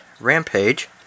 Rampage